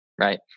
Right